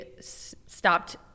stopped